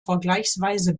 vergleichsweise